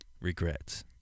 regrets